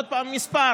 עוד פעם, מספר.